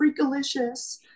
freakalicious